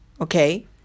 okay